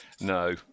No